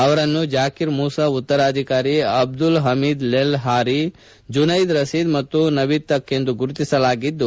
ಅವರನ್ನು ಜಾಕೀರ್ ಮೂಸ ಉತ್ತರಾಧಿಕಾರಿ ಅಬ್ದುಲ್ ಹಮೀದ್ ಲೆಲ್ಹರಿ ಜ್ಣೂನೈದ್ ರತೀದ್ ಮತ್ತು ನವೀದ್ ತಕ್ ಎಂದು ಗುರುತಿಸಲಾಗಿದ್ದು